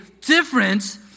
different